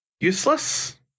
useless